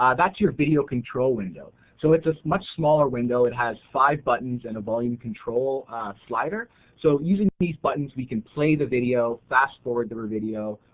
um that's your video control window. so it's a much smaller window, it has five buttons and volume control slider so using these buttons we can play the video, fast forward through the video,